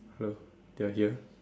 hello they're here